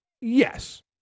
Yes